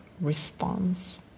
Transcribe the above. response